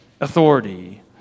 authority